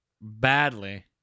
badly